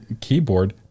keyboard